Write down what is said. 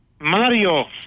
Mario